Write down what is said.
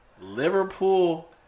Liverpool